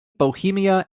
bohemia